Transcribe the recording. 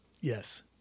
Yes